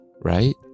right